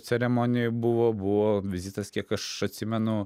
ceremonijoj buvo buvo vizitas kiek aš atsimenu